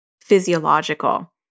physiological